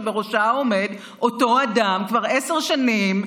שבראשה עומד אותו אדם כבר עשר שנים.